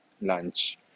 lunch